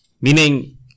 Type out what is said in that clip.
Meaning